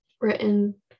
written